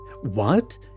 What